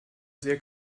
sehr